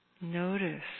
Notice